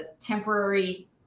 temporary